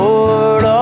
Lord